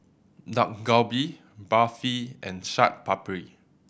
Dak Galbi Barfi and Chaat Papri